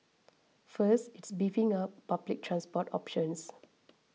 first it is beefing up public transport options